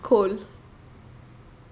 cold